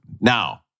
now